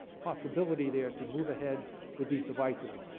possibility there to move ahead with these devices.